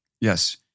Yes